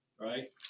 right